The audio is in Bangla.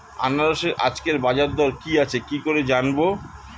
আনারসের আজকের বাজার দর কি আছে কি করে জানবো?